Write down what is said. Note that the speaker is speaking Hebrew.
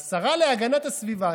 והשרה להגנת הסביבה,